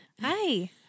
Hi